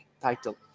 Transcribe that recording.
title